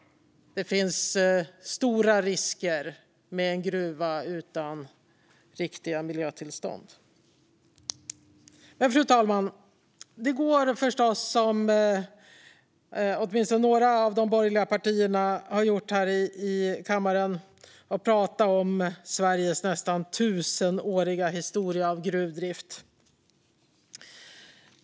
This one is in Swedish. Det finns stora risker med en gruva utan riktiga miljötillstånd. Fru talman! Det går förstås att prata om Sveriges nästan tusenåriga historia av gruvdrift, som åtminstone några av de borgerliga partierna har gjort här i kammaren.